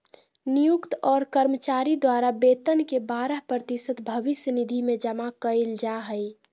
नियोक्त और कर्मचारी द्वारा वेतन के बारह प्रतिशत भविष्य निधि में जमा कइल जा हइ